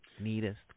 neatest